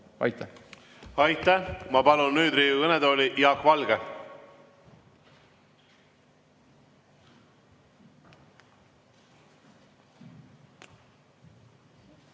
Aitäh! Aitäh! Ma palun nüüd Riigikogu kõnetooli Jaak Valge.